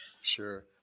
Sure